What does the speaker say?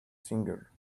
singer